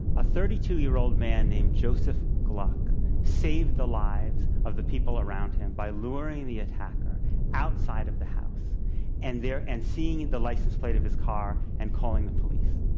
a thirty two year old man named joseph gluck saved the lives of the people around him by luring the attacker outside of the house and there and seeing the license plate of his car and calling the police.